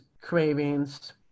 cravings